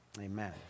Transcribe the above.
Amen